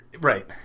Right